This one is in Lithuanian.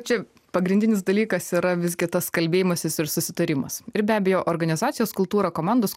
čia pagrindinis dalykas yra visgi tas kalbėjimasis ir susitarimas ir be abejo organizacijos kultūra komandos